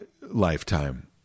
lifetime